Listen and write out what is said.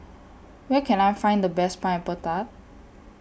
Where Can I Find The Best Pineapple Tart